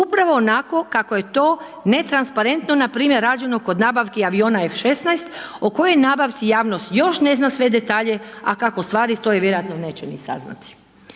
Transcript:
upravo onako kako je to netransparentno npr. rađeno kod nabavki aviona F-16, o kojoj nabavci javnost još ne zna sve detalje, a kako stvari stoje, vjerojatno neće ni saznati.